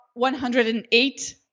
108